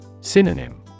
Synonym